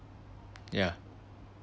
yeah